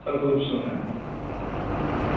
circle अफिसाव ना अ